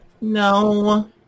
No